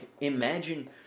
imagine